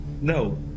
No